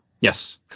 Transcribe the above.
Yes